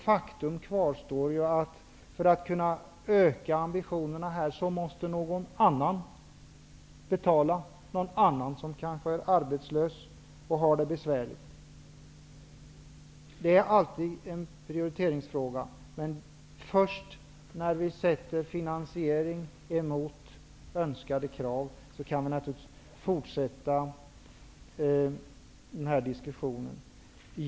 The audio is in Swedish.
Faktum kvarstår emellertid att någon annan, för att kunna höja ambitionen på det här området, måste betala. Det kan då vara någon som också är arbetslös, och som har det besvärligt. Det handlar om prioritering. Först när finansiering sätts mot önskade krav kan man fortsätta denna diskussion.